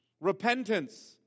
Repentance